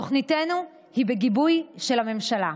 תוכניתנו היא בגיבוי של הממשלה.